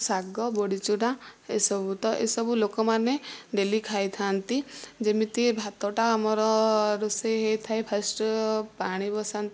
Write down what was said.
ଶାଗ ବଡ଼ିଚୂରା ଏସବୁ ତ ଏସବୁ ଲୋକମାନେ ଡେଲି ଖାଇଥାନ୍ତି ଯେମିତି ଭାତଟା ଆମର ରୋଷେଇ ହୋଇଥାଏ ଫାଷ୍ଟ ପାଣି ବସାନ୍ତି